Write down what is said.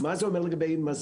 מה זה אומר לגבי מזון,